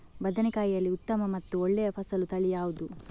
ಬದನೆಕಾಯಿಯಲ್ಲಿ ಉತ್ತಮ ಮತ್ತು ಒಳ್ಳೆಯ ಫಸಲು ತಳಿ ಯಾವ್ದು?